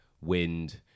wind